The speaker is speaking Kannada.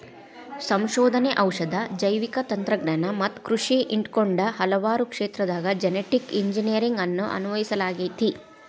ಸಂಶೋಧನೆ, ಔಷಧ, ಜೈವಿಕ ತಂತ್ರಜ್ಞಾನ ಮತ್ತ ಕೃಷಿ ಹಿಡಕೊಂಡ ಹಲವಾರು ಕ್ಷೇತ್ರದಾಗ ಜೆನೆಟಿಕ್ ಇಂಜಿನಿಯರಿಂಗ್ ಅನ್ನು ಅನ್ವಯಿಸಲಾಗೆತಿ